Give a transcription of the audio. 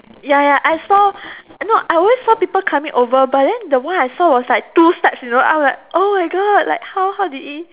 ya ya I saw no I always saw people climbing over but the one I saw was like two steps you know I was like oh my god how how how did he